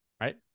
right